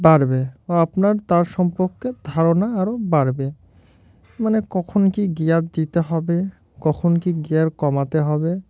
বাড়বে আপনার তার সম্পর্কে ধারণা আরও বাড়বে মানে কখন কি গেয়ার দিতে হবে কখন কি গেয়ার কমাতে হবে